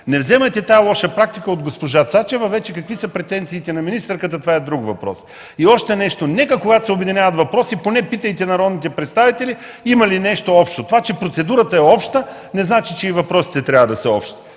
Не вземайте тази лоша практика от госпожа Цачева, вече какви са претенциите на министърката това е друг въпрос. Още нещо, нека когато се обединяват въпроси, поне питайте народните представители има ли нещо общо. Това, че процедурата е обща не значи, че и въпросите трябва да са общи